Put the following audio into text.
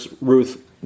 Ruth